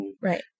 right